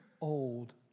old